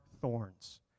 thorns